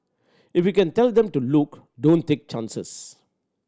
if you can tell them to look don't take chances